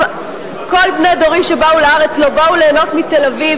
כל בני דורי שבאו לארץ לא באו ליהנות מתל-אביב